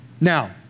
Now